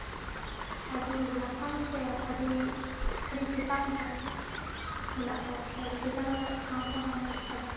ᱟᱹᱰᱤ ᱞᱟᱯᱷᱟᱝ ᱥᱮ ᱟᱹᱰᱤ ᱟᱹᱰᱤ ᱪᱮᱛᱟᱱ ᱨᱮ ᱢᱮᱱᱟᱜ ᱠᱚᱣᱟ ᱥᱮ ᱟᱹᱰᱤ ᱪᱮᱛᱟᱱ ᱨᱮᱭᱟᱜ ᱴᱷᱟᱶ ᱠᱮ ᱦᱟᱢᱮᱴ ᱠᱟᱫᱟ